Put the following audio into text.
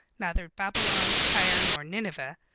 neither babylon, tyre, nor nineveh,